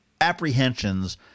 apprehensions